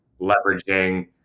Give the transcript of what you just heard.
leveraging